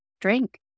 drink